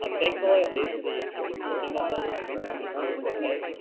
um thankfully at least the the recording of this is is coming through okay,